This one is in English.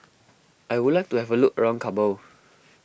I would like to have a look around Kabul